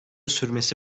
sürmesi